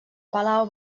palau